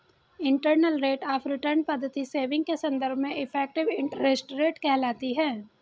internal rate of return पद्धति saving के संदर्भ में इफेक्टिव इंटरेस्ट रेट कहलाती है